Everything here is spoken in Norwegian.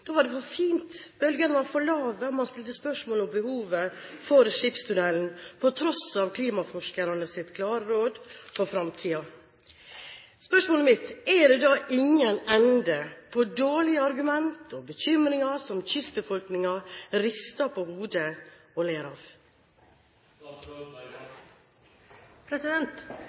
Da var det været på Stad: Det var for fint, bølgene var for lave, og man stilte spørsmål ved behovet for skipstunnelen på tross av klimaforskernes klare råd for fremtiden. Spørsmålet mitt er om det ikke er noen ende på dårlige argument og bekymringer, som kystbefolkningen rister på hodet og